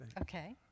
Okay